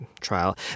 trial